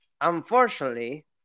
unfortunately